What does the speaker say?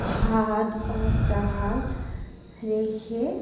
ভাত বা চাল রেখে